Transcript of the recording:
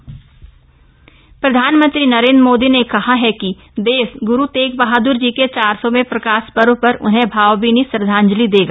प्रकाश पर्व प्रधानमंत्री नरेन्द्र मोदी ने कहा है कि देश गुरू तेग बहादुर जी के चार सौ वें प्रकाश पर्व पर उन्हें भावभीनी श्रद्धांजलि देगा